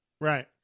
Right